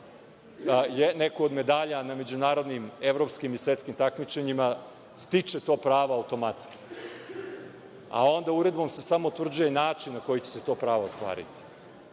neku od medalja na međunarodnim, evropskim i svetskim takmičenjima stiče to pravo automatski, a onda uredbom se samo utvrđuje način na koji će se to pravo ostvariti.